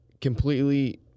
Completely